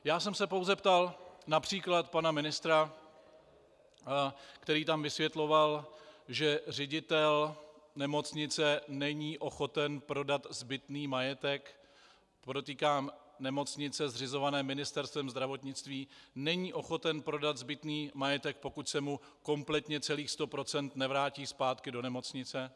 Já jsem se pouze ptal např. pana ministra, který tam vysvětloval, že ředitel nemocnice není ochoten prodat zbytný majetek, podotýkám nemocnice zřizované Ministerstvem zdravotnictví, není ochoten prodat zbytný majetek, pokud se mu kompletně celých 100 % nevrátí zpátky do nemocnice.